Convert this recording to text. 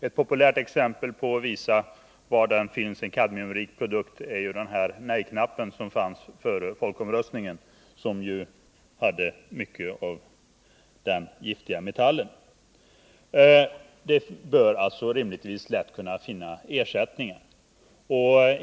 Ett populärt exempel på en kadmiumrik produkt är ju den nejknapp som fanns före folkomröstningen. Den innehöll mycket av denna giftiga metall. Det bör naturligtvis vara lätt att finna ersättningar.